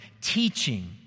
teaching